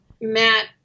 Matt